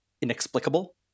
inexplicable